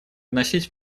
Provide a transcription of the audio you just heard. вносить